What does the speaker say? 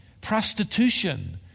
prostitution